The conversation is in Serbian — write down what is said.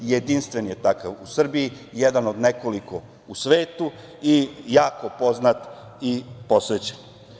Jedinstven je takav u Srbiji, jedan od nekoliko u svetu i jako poznat i posećen.